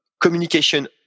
communication